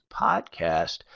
podcast